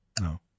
No